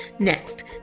Next